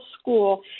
school